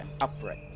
Upright